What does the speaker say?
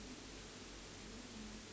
ya